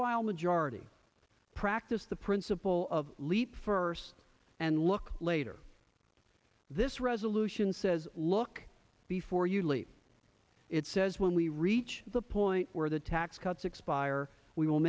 while majority practice the principle of leap first and look later this resolution says look before you leap it says when we reach the point where the tax cuts expire we will